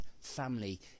family